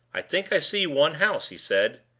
i think i see one house, he said.